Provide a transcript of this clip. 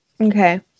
Okay